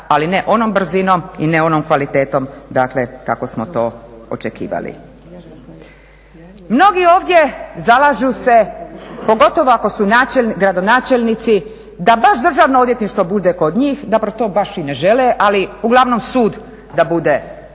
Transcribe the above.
ali ne onom brzinom i ne onom kvalitetom kako smo to očekivali. Mnogi ovdje zalažu se, pogotovo ako su gradonačelnici, da baš Državno odvjetništvo bude kod njih, zapravo to baš i ne žele ali uglavnom sud da bude kod njih,